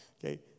okay